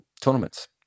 tournaments